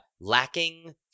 Lacking